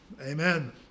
amen